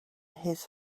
his